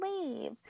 leave